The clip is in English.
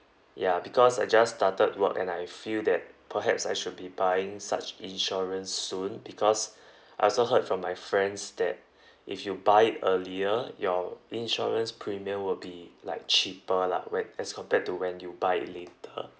ya because I just started work and I feel that perhaps I should be buying such insurance soon because I also heard from my friends that if you buy earlier your insurance premium will be like cheaper lah where as compared to when you buy it later